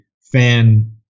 fan